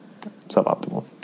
suboptimal